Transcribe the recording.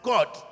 God